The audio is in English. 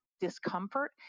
discomfort